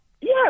Yes